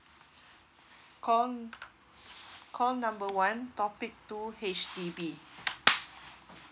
call call number one topic two H_D_B